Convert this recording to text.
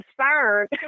concerned